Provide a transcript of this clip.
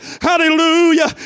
Hallelujah